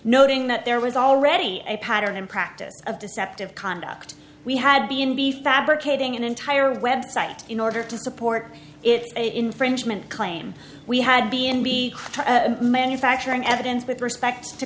noting that there was already a pattern in practice of deceptive conduct we had been be fabricating an entire website in order to support it infringement claim we had to be in the manufacturing evidence with respect to